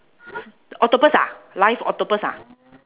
octopus ah live octopus ah